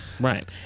right